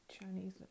Chinese